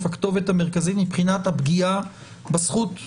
הכתובת המרכזית מבחינת הפגיעה בזכות לפרטיות,